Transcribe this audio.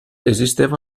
esisteva